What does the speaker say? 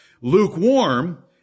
Lukewarm